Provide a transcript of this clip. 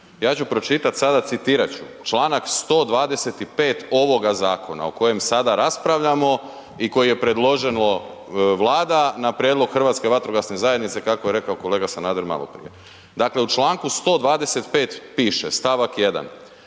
ja ću pročitati sada, citirati ću članak 125. ovoga zakona o kojem sada raspravljamo i koji je predložila Vlada na prijedlog Hrvatske vatrogasne zajednice kako je rekao kolega Sanader maloprije. Dakle u članku 125. piše, stavak 1.: